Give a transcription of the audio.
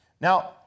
Now